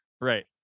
Right